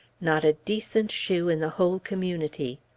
not a decent shoe in the whole community!